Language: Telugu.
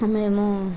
మేము